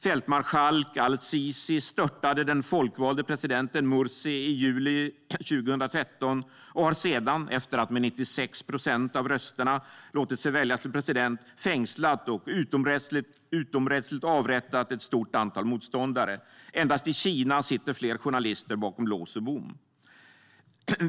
Fältmarskalk al-Sisi störtade den folkvalde presidenten Mursi i juli 2013 och har sedan, efter att ha fått 96 procent av rösterna, låtit sig väljas till president, fängslat och utomrättsligt avrättat ett stort antal motståndare. Endast i Kina sitter fler journalister bakom lås och bom.